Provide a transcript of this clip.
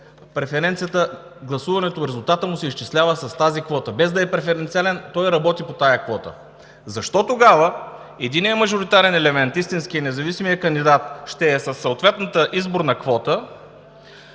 гласуването, резултата му се изчислява с тази квота, без да е преференциален, той работи по тази квота. Защо тогава единият мажоритарен елемент, истинският, независимият кандидат ще е със съответната изборна квота,